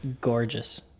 gorgeous